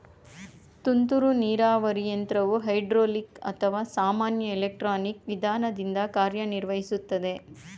ತುಂತುರು ನೀರಾವರಿ ಯಂತ್ರವು ಹೈಡ್ರೋಲಿಕ್ ಅಥವಾ ಸಾಮಾನ್ಯ ಎಲೆಕ್ಟ್ರಾನಿಕ್ ವಿಧಾನದಿಂದ ಕಾರ್ಯನಿರ್ವಹಿಸುತ್ತದೆ